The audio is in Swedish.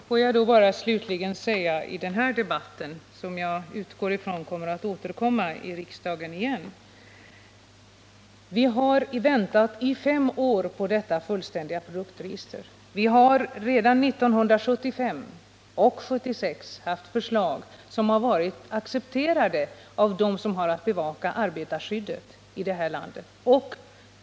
Herr talman! Får jag bara slutligen säga i den här debatten — jag utgår från att frågan återkommer i riksdagen — att vi i fem år har väntat på detta fullständiga produktregister. Redan 1975-1976 hade vi ett förslag som var accepterat av Landsorganisationen och av dem som har att bevaka arbetarskyddet här i landet.